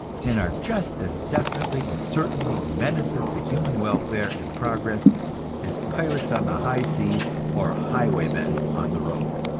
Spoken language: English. and are just as definitely and certainly menaces to human welfare and progress as pirates on the high seas or highwaymen on the road.